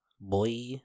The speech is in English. boy